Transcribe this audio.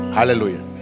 Hallelujah